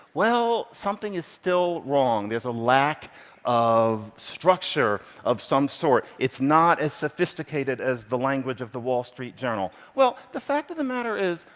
well, something is still wrong. there's a lack of structure of some sort. it's not as sophisticated as the language of the wall street journal. well, the fact of the matter is,